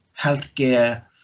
healthcare